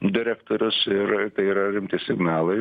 direktorius ir tai yra rimti signalai